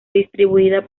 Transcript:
distribuida